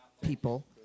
people